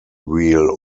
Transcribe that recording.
wheel